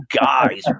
guys